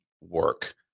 work